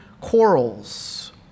quarrels